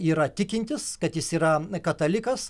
yra tikintis kad jis yra katalikas